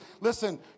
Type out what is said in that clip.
listen